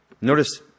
Notice